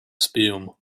spume